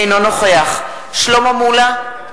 אינו נוכח שלמה מולה,